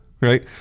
right